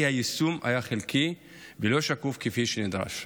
היישום היה חלקי ולא שקוף כפי שנדרש.